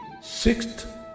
sixth